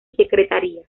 secretaría